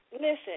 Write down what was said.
listen